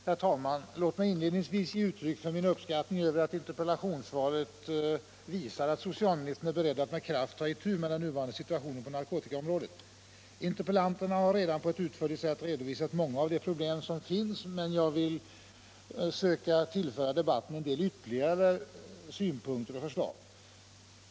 Herr talman! Låt mig inledningsvis ge uttryck för min uppskattning av att interpellationssvaret visar att socialministern är beredd att med kraft ta itu med den nuvarande situationen på narkotikaområdet. Interpellanterna har redan på ett utförligt sätt redovisat många av de problem som finns, men jag vill söka tillföra debatten en del ytterligare synpunkter och förslag.